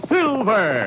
Silver